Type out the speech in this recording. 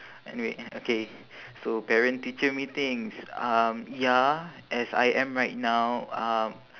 anyway and okay so parent teacher meetings um ya as I am right now uh